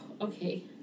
Okay